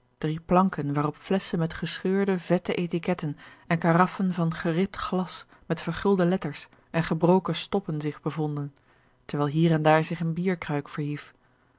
drie planken waarop flesschen met gescheurde vette etiquetten en karaffen van geribd glas met vergulde letters en gebroken stoppen zich bevonden terwijl hier en daar zich eene bierkruik verhief